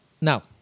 Now